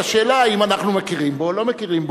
השאלה היא האם אנחנו מכירים בו או לא מכירים בו.